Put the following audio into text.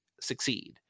succeed